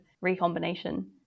recombination